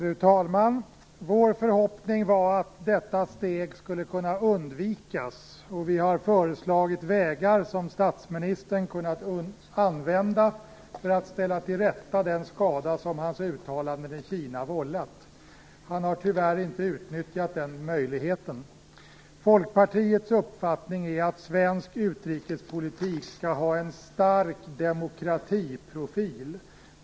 Fru talman! Vår förhoppning var att detta steg skulle kunna undvikas, och vi har föreslagit vägar som statsministern hade kunnat använda för att ställa till rätta den skada som hans uttalanden i Kina vållat. Han har tyvärr inte utnyttjat den möjligheten. Folkpartiets uppfattning är att svensk utrikespolitik skall ha en stark demokratiprofil.